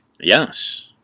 Yes